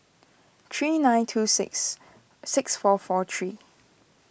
three nine two six six four four three